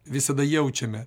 visada jaučiame